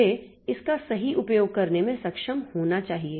मुझे इसका सही उपयोग करने में सक्षम होना चाहिए